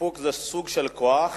איפוק זה סוג של כוח.